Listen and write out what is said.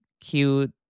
cute